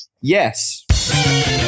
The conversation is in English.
Yes